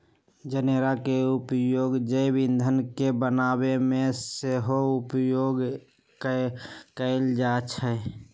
जनेरा के उपयोग जैव ईंधन के बनाबे में सेहो उपयोग कएल जाइ छइ